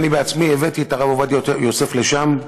אני עצמי הבאתי את הרב עובדיה יוסף לשם.